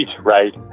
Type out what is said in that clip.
Right